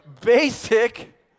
basic